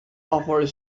offer